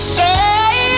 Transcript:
Stay